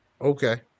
Okay